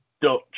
Dutch